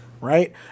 right